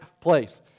place